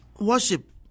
worship